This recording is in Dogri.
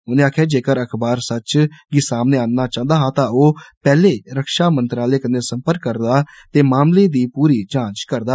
उनें आक्खेआ जे जेकर अखबार सच गी सामनै आनना चाहदा हा तां ओह् पैहले रक्षा मंत्रालय कन्नै सम्पर्क करदा ते मामले दी पूरी जांच करदा